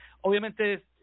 obviamente